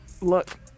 look